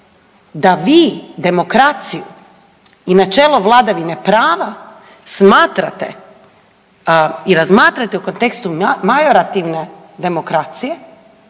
da vi demokraciju i načelo vladavine prava smatrate i razmatrate u kontekstu majorativne demokracije